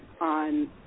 on